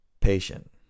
Patient